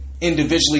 individually